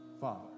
father